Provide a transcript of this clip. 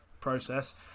process